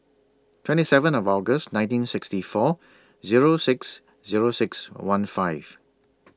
twenty seventh August nineteen sixty four Zero six Zero six one five